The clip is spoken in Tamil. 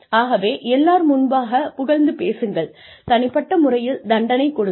ஆகவே எல்லோர் முன்பாக புகழ்ந்து பேசுங்கள் தனிப்பட்ட முறையில் தண்டனை கொடுங்கள்